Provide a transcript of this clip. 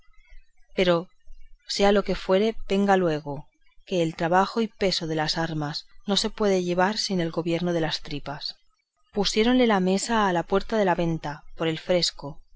pero sea lo que fuere venga luego que el trabajo y peso de las armas no se puede llevar sin el gobierno de las tripas pusiéronle la mesa a la puerta de la venta por el fresco